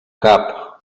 cap